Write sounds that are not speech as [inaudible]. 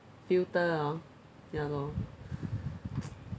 filter hor ya lor [noise]